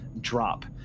drop